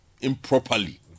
improperly